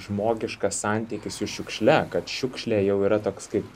žmogišką santykį su šiukšle kad šiukšlė jau yra toks kaip